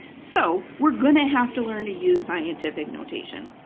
so we're going to have to learn to use scientific notation,